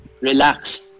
Relax